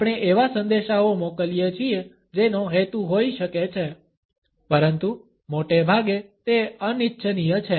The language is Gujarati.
આપણે એવા સંદેશાઓ મોકલીએ છીએ જેનો હેતુ હોઈ શકે છે પરંતુ મોટે ભાગે તે અનિચ્છનીય છે